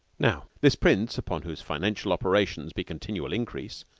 now, this prince, upon whose financial operations be continual increase,